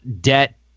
debt